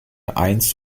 eins